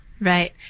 Right